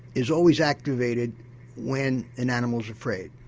is always activated when an animal's afraid.